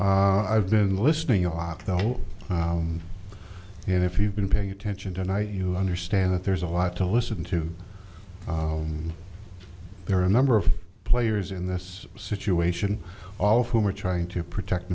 it i've been listening a lot though if you've been paying attention tonight you understand that there's a lot to listen to and there are a number of players in this situation all of whom are trying to protect